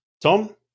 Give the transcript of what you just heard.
Tom